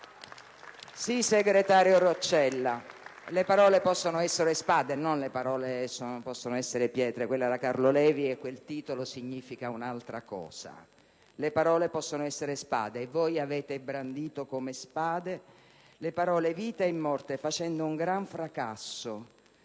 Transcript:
Sì, sottosegretario Roccella, le parole possono essere spade (non "le parole sono pietre", quello era Carlo Levi e quel titolo significa un'altra cosa) e voi avete brandito come spade le parole vita e morte facendo un gran fracasso,